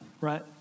right